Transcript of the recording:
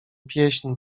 pieśń